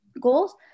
goals